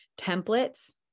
templates